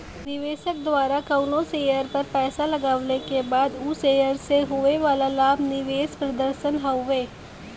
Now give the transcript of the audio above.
निवेशक द्वारा कउनो शेयर पर पैसा लगवले क बाद उ शेयर से होये वाला लाभ निवेश प्रदर्शन हउवे